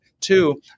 Two